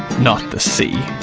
not the sea.